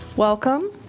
Welcome